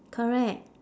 correct